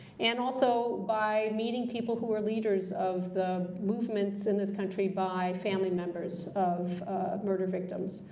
and also, by meeting people who are leaders of the movements in this country by family members of murder victims